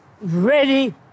ready